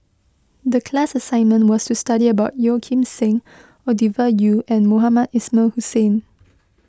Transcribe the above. the class assignment was to study about Yeo Kim Seng Ovidia Yu and Mohamed Ismail Hussain